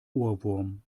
ohrwurm